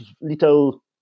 little